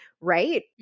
right